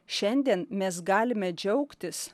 šiandien mes galime džiaugtis